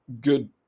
good